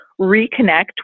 reconnect